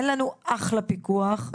אין לנו אחלה פיקוח,